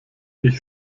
ich